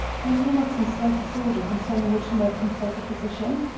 have you not some slight disorder concerning which you might consult a physician?